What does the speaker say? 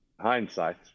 Hindsight